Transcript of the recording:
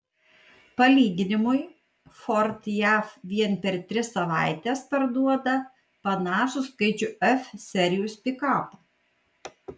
palyginimui ford jav vien per tris savaites parduoda panašų skaičių f serijos pikapų